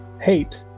hate